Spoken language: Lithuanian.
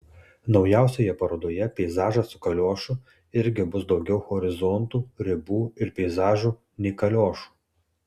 naujausioje parodoje peizažas su kaliošu irgi bus daugiau horizontų ribų ir peizažų nei kaliošų